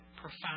Profound